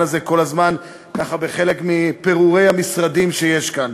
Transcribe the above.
הזה כל הזמן בחלק מפירורי המשרדים שיש כאן,